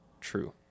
True